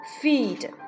feed